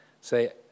say